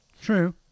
True